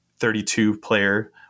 32-player